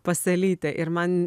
pas elytę ir man